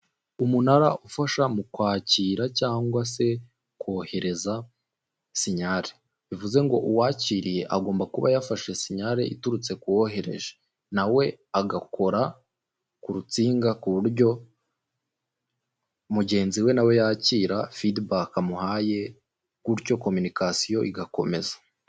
Umunara ufasha mu kwakira cyangwa se kohereza sinyari, bivuze ngo uwakiriye agomba kuba yafashe sinyale iturutse ku wohereje, nawe agakora ku rutsinga ku buryo mugenzi we nawe yakira fidibaka amuhaye gutyo komunikasiyo igakomeza.